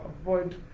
Avoid